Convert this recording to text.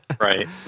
Right